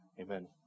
Amen